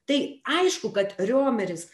tai aišku kad riomeris